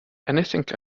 anything